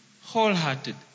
wholehearted